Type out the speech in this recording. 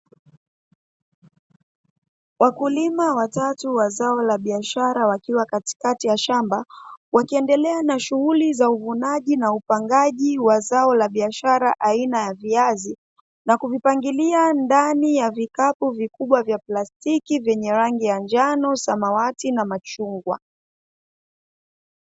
Wakulima watatu wa zao la biashara wakiwa katikati ya shamba, wakiendelea na shughuli za uvunaji na upangaji wa zao la biashara aina ya viazi, na kuvipangilia ndani ya vikapu vikubwa vya plastiki vyenye rangi ya njano, samawati na machungwa.